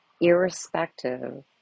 irrespective